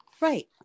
Right